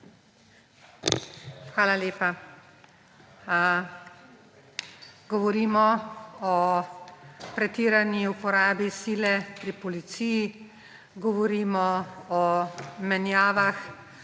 Hvala lepa. Govorimo o pretirani uporabi sile pri policiji, govorimo o menjavah,